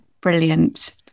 brilliant